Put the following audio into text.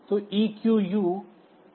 तो EQU एक और assembler निर्देश है